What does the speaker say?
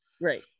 Right